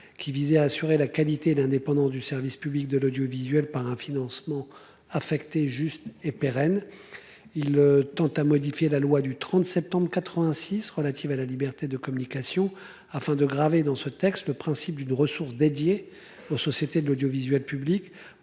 qui visait à assurer la qualité d'indépendance du service public de l'audiovisuel par un financement affecté juste et pérenne. Il tend à modifier la loi du 30 septembre 86 relative à la liberté de communication afin de graver dans ce texte le principe d'une ressource dédié aux sociétés de l'audiovisuel public